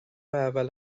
اول